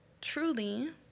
truly